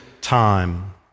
time